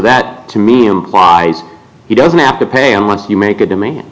that to me implies he doesn't happen pay unless you make a demand